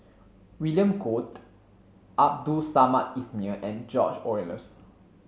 William Goode Abdul Samad Ismail and George Oehlers